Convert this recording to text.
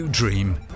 Dream